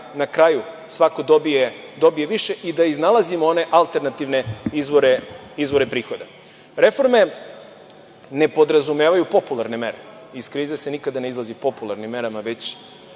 na kraju svako dobije više i da iznalazimo one alternativne izvore prihoda. Reforme ne podrazumevaju popularne mere, iz krize se nikada ne izlazi popularnim merama, već